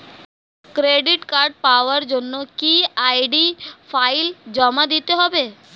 Credit card পাওয়ার জন্য কি আই.ডি ফাইল জমা দিতে হবে?